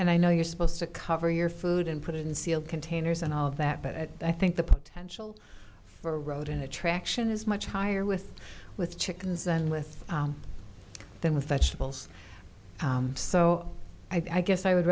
and i know you're supposed to cover your food and put it in sealed containers and all that but i think the potential for road in attraction is much higher with with chickens and with than with vegetables so i guess i would